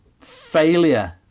failure